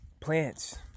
plants